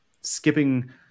skipping